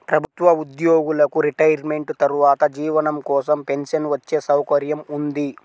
ప్రభుత్వ ఉద్యోగులకు రిటైర్మెంట్ తర్వాత జీవనం కోసం పెన్షన్ వచ్చే సౌకర్యం ఉంది